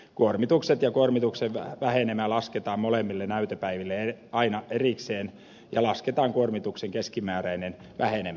kuormitukset ja kuormituksen vähenemä lasketaan molemmille näytepäiville aina erikseen ja lasketaan kuormituksen keskimääräinen vähenemä